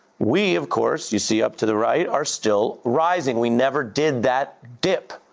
we, of course, you see up to the right, are still rising. we never did that dip.